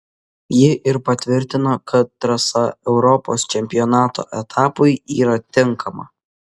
ji ir patvirtino kad trasa europos čempionato etapui yra tinkama